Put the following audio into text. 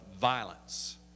violence